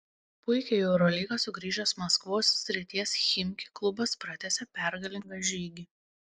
puikiai į eurolygą sugrįžęs maskvos srities chimki klubas pratęsė pergalingą žygį